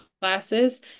classes